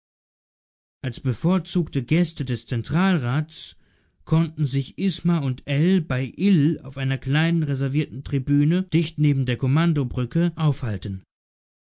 als bevorzugte gäste des zentralrats konnten sich isma und ell bei ill auf einer kleinen reservierten tribüne dicht neben der kommandobrücke aufhalten